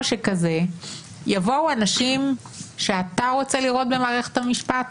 שכזה יבואו אנשים שאתה רוצה לראות במערכת המשפט,